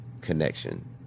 connection